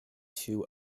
two